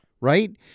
right